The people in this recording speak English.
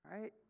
right